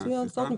זאת אומרת,